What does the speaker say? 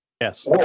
yes